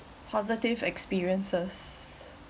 positive experiences